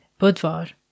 Budvar